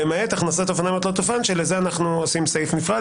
"ולמעט הכנסת אופניים או תלת אופן" לזה אנחנו עושים סעיף נפרד